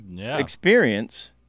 experience